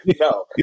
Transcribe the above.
No